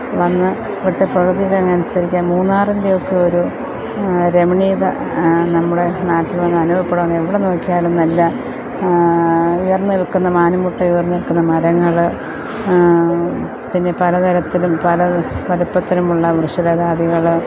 വന്ന് ഇവിടുത്തെ പ്രകൃതിഭംഗി അനുസരിക്കാൻ മൂന്നാറിൻ്റെയൊക്കെ ഒരു രമണീയത നമ്മുടെ നാട്ടിൽ അനുഭവപ്പെടും എവിടെ നോക്കിയാലും നല്ല ഉയർന്ന് നിൽക്കുന്ന മാനം മുട്ടേ ഉയർന്ന് നിൽക്കുന്ന മരങ്ങൾ പിന്നെ പല തരത്തിലും പല വലുപ്പത്തിലും ഉള്ള വൃക്ഷലതാദികൾ